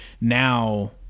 Now